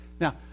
Now